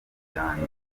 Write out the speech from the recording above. byanjye